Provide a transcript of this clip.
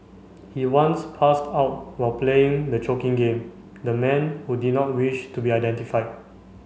he once passed out while playing the choking game the man who did not wish to be identified